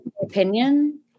opinion